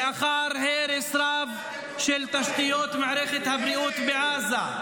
לאחר הרס רב של תשתיות מערכת הבריאות בעזה.